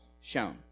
shown